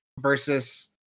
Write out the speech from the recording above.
versus